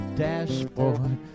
dashboard